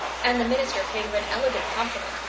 and the minister paid her an elegant compliment.